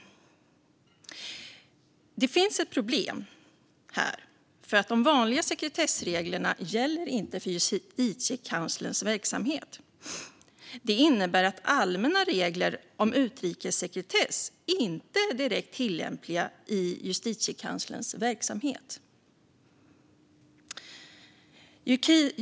Det finns ett problem här. De vanliga sekretessreglerna gäller inte för Justitiekanslerns verksamhet. Det innebär att allmänna regler om utrikessekretess inte är direkt tillämpliga i Justitiekanslerns verksamhet.